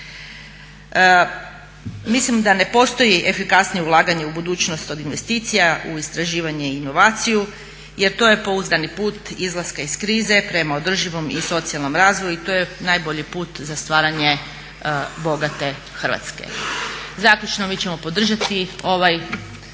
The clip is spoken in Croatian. Mislim da ne postoji efikasnije ulaganje u budućnost od investicije u istraživanje i inovaciju jer to je pouzdani put izlaska iz krize prema održivom i socijalnom razvoju i to je najbolji put za stvaranje bogate Hrvatske. Zaključno, mi ćemo podržati ovo